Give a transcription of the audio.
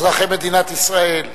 אזרחי מדינת ישראל.